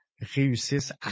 réussissent